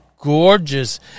Gorgeous